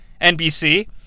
NBC